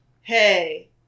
hey